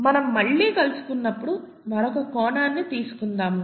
మనము మళ్లీ కలుసుకున్నప్పుడు మరొక కోణాన్ని తీసుకుందాము